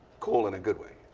cool in a good way.